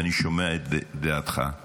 ואני שומע את דעתך,